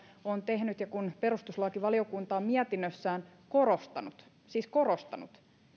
on tehnyt ja perustuslakivaliokunta on mietinnössään korostanut siis korostanut